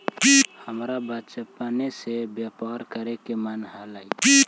हमरा बचपने से व्यापार करे के मन हलई